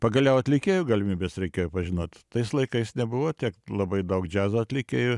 pagaliau atlikėjo galimybes reikia pažinot tais laikais nebuvo tiek labai daug džiazo atlikėjų